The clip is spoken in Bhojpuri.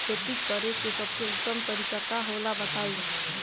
खेती करे के सबसे उत्तम तरीका का होला बताई?